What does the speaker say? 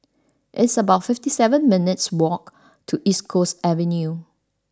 it's about fifty seven minutes' walk to East Coast Avenue